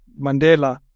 Mandela